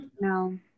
No